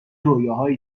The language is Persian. رویاهایی